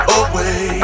away